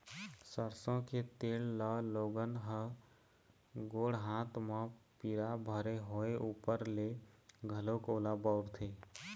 सरसो के तेल ल लोगन ह गोड़ हाथ म पीरा भरे होय ऊपर ले घलोक ओला बउरथे